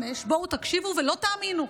1995, בואו, תקשיבו ולא תאמינו: